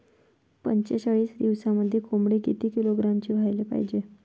पंचेचाळीस दिवसामंदी कोंबडी किती किलोग्रॅमची व्हायले पाहीजे?